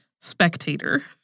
Spectator